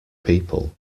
people